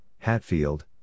Hatfield